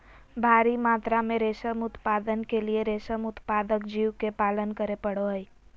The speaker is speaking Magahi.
भारी मात्रा में रेशम उत्पादन के लिए रेशम उत्पादक जीव के पालन करे पड़ो हइ